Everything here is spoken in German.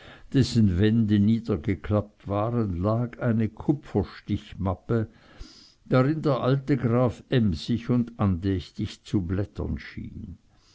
dessen wände niedergeklappt waren lag eine kupferstichmappe darin der alte graf emsig und andächtig zu blättern schien